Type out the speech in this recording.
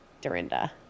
Dorinda